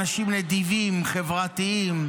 אנשים נדיבים, חברתיים,